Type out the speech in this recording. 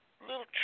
little